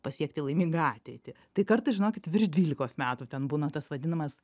pasiekti laimingą ateitį tai kartais žinokit virš dvylikos metų ten būna tas vadinamas